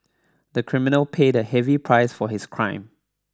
the criminal paid a heavy price for his crime